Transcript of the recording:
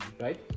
right